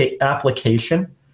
application